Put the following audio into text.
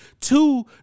Two